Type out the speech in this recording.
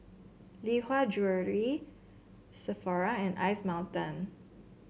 Lee Hwa Jewellery Sephora and Ice Mountain